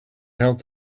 helped